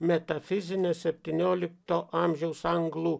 metafizine septyniolikto amžiaus anglų